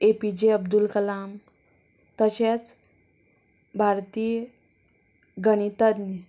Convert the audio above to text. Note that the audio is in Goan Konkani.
ए पी जे अबदूल कलाम तशेच भारतीय गणितज्ञ